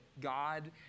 God